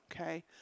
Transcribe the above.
okay